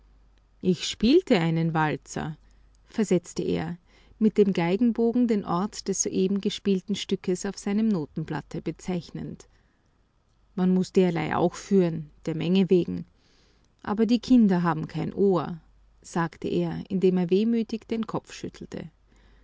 ich spielte einen walzer versetzte er mit dem geigenbogen den ort des soeben gespielten stückes auf seinem notenblatte bezeichnend man muß derlei auch führen der menge wegen aber die kinder haben kein ohr sagte er indem er wehmütig den kopf schüttelte